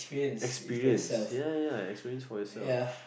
experience ya ya experience for yourself